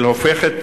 שהופכת,